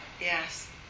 Yes